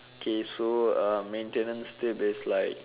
okay so um maintenance tip is like